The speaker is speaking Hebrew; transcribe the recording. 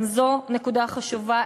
גם זו נקודה חשובה,